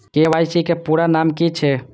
KYC के पूरा नाम की छिय?